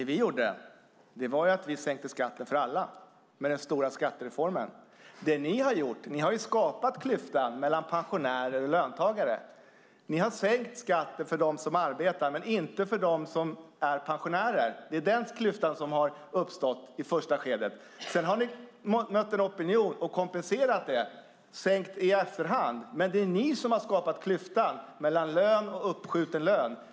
Fru talman! Det vi gjorde var att vi sänkte skatten för alla med den stora skattereformen. Det ni har gjort är att skapa en klyfta mellan pensionärer och löntagare. Ni har sänkt skatten för dem som arbetar men inte för dem som är pensionärer. Det är den klyftan som har uppstått i första skedet. Sedan har ni mött en opinion och fått kompensera genom att sänka i efterhand. Det är ni som har skapat klyftan mellan lön och uppskjuten lön.